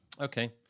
Okay